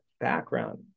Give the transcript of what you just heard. background